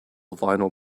vinyl